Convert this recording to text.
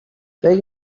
فکر